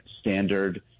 standard